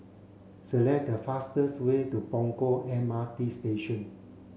select the fastest way to Punggol M R T Station